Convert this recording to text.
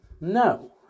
no